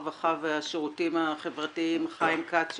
הרווחה והשירותים החברתיים חיים כץ שהוא,